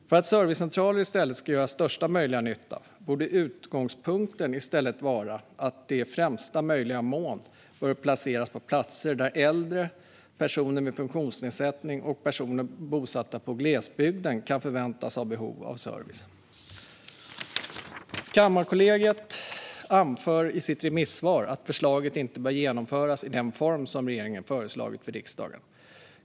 För att servicecentraler ska göra största möjliga nytta borde utgångspunkten i stället vara att de i möjligaste mån bör placeras på platser där äldre, personer med funktionsnedsättning och personer bosatta i glesbygden kan förväntas ha behov av service. Kammarkollegiet anför i sitt remissvar att förslaget inte bör genomföras i den form som regeringen föreslagit för riksdagen.